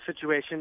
situation